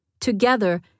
Together